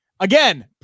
Again